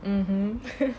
mmhmm